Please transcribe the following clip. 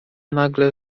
nagle